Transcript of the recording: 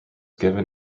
given